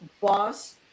boss